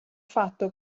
fatto